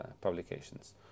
publications